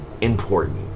important